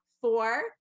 four